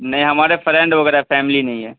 نہیں ہمارے فرینڈ وغیرہ فیملی نہیں ہے